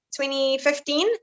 2015